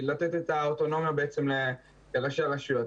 לתת את האוטונומיה בעצם לראשי הרשויות.